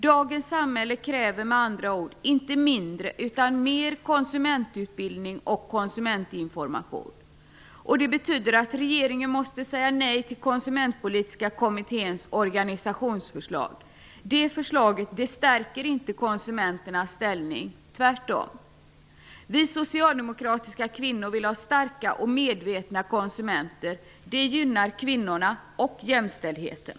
Dagens samhälle kräver med andra ord inte mindre utan mer konsumentutbildning och konsumentinformation. Det betyder att regeringen måste säga nej till Konsumentpolitiska kommitténs organisationsförslag. Förslaget stärker inte konsumenteras ställning, tvärtom. Vi socialdemokratiska kvinnor vill ha starka och medvetna konsumenter. Det gynnar kvinnorna och jämställdheten.